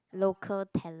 local talent